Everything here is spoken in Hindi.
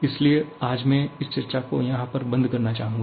इसीलिए आज मैं इसचर्चा को यहाँ पर बंद करना चाहूंगा